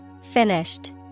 Finished